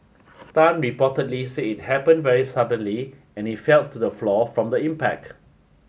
tan reportedly said it happened very suddenly and he fell to the floor from the impact